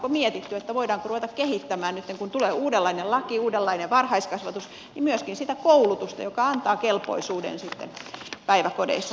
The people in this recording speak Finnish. onko mietitty voidaanko ruveta kehittämään nytten kun tulee uudenlainen laki uudenlainen varhaiskasvatus myöskin sitä koulutusta joka antaa kelpoisuuden sitten päiväkodeissa tarjota tätä toimintaa